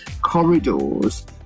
corridors